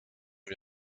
vid